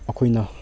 ꯑꯩꯈꯣꯏꯅ